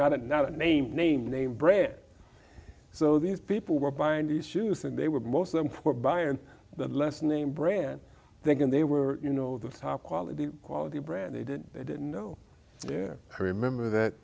not another name name name brand so these people were buying these shoes and they were most of them were by and the last name brand thinking they were you know the top quality quality brand they didn't they didn't know where her remember that